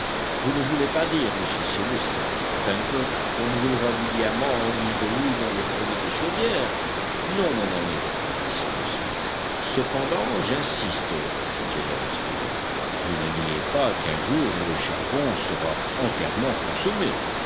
vous ne voulez pas dire monsieur cyrus repartit pencroff qu'on brûlera du diamant en guise de houille dans les foyers des chaudières non mon ami répondit cyrus smith cependant j'insiste reprit gédéon spilett vous ne niez pas qu'un jour le charbon sera entièrement consommé